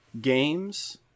games